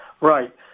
Right